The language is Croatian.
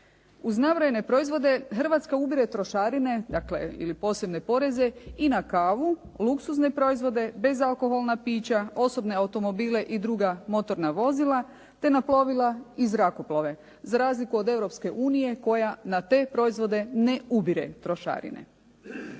Uz nabrojene proizvode Hrvatska ubire trošarine, dakle ili posebne poreze i na kavu, luksuzne proizvode, bezalkoholna pića, osobne automobile i druga motorna vozila te na plovila i zrakoplove, za razliku od Europske unije koja na te proizvode ne ubire trošarine.